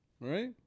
Right